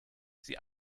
sie